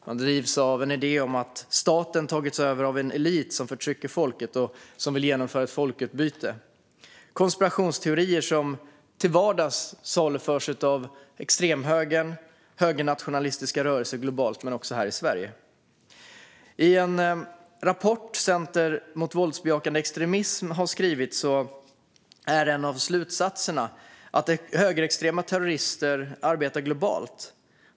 Man drivs av en idé om att staten tagits över av en elit som förtrycker folket och vill genomföra ett folkutbyte. Det är konspirationsteorier som till vardags saluförs av extremhögern och högernationalistiska rörelser, globalt men också här i Sverige. I en rapport som Center mot våldsbejakande extremism har skrivit är en av slutsatserna att högerextrema terrorister arbetar globalt.